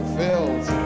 filled